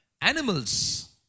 animals